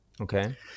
Okay